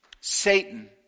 Satan